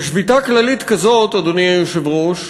ושביתה כללית כזאת, אדוני היושב-ראש,